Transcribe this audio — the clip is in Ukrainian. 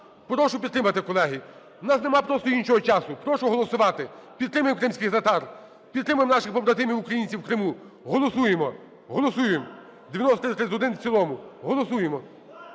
Прошу підтримати, колеги. у нас нема просто іншого часу. Прошу голосувати. Підтримаємо кримських татар. Підтримаємо наших побратимів-українців в Криму. Голосуємо. Голосуємо 9331 в цілому. Голосуємо.